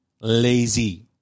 lazy